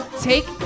take